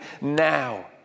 now